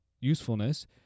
usefulness